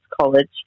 College